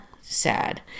Sad